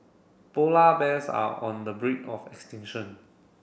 polar bears are on the brink of extinction